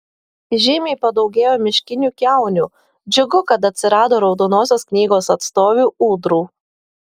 žymiai padaugėjo miškinių kiaunių džiugu kad atsirado raudonosios knygos atstovių ūdrų